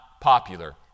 popular